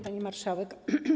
Pani Marszałek!